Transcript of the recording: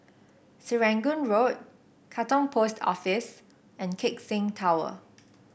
Serangoon Road Katong Post Office and Keck Seng Tower